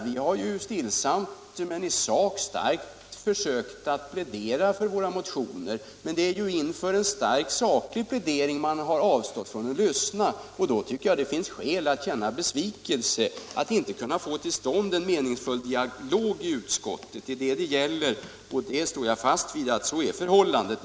Vi har stillsamt men i sak starkt försökt plädera för våra motioner, men när man inte har velat lyssna på den pläderingen tycker jag att det finns skäl att känna besvikelse över att vi inte har kunnat få till stånd en meningsfull dialog i utskottet. Det är detta det gäller, och jag står fast vid att så är förhållandet.